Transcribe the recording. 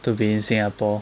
to be in singapore